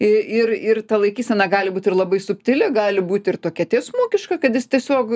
ir ir ta laikysena gali būt ir labai subtili gali būt ir tokia tiesmukiška kad jis tiesiog